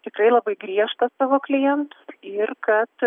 tikrai labai griežtą savo klientų ir kad